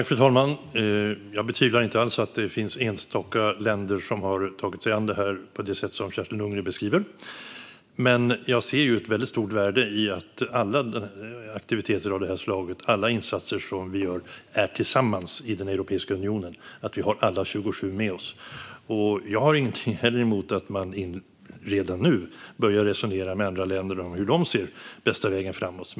Fru talman! Jag betvivlar inte alls att det finns enstaka länder som har tagit sig an detta på det sätt som Kerstin Lundgren beskriver. Jag ser dock ett väldigt stort värde i att alla aktiviteter och insatser av det här slaget görs tillsammans i Europeiska unionen, att vi har alla 27 med oss. Jag har ingenting emot att man redan nu börjar resonera med andra länder om vad de ser som bästa vägen framåt.